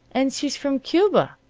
and she's from cuba.